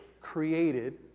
Created